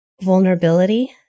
vulnerability